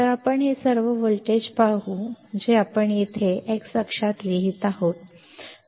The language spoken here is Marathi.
तर आपण हे सर्व व्होल्टेज पाहू जे आपण येथे x अक्षात लिहित आहोत